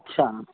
अच्छा